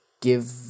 give